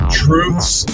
truths